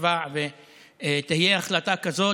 יצביעו עליה ותהיה החלטה כזאת,